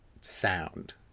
sound